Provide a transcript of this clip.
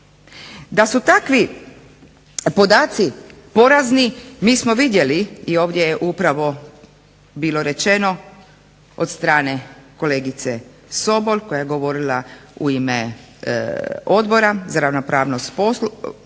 Da su takvi podaci porazni mi smo vidjeli i ovdje je upravo bilo rečeno od strane kolegice Sobol koja je govorila u ime Odbora za ravnopravnost spolova,